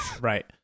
Right